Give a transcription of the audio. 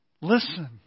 Listen